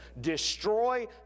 destroy